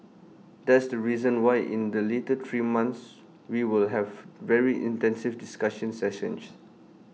that's the reason why in the later three months we will have very intensive discussion sessions